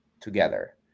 together